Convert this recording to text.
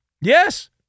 Yes